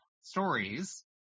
stories